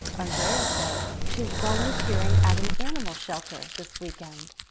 andreia says she's volunteering at an animal shelter this weekend.